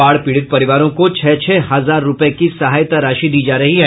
बाढ़ पीड़ित परिवारों को छह छह हजार रूपये की सहायता राशि दी जा रही है